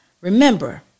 Remember